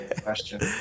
question